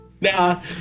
Nah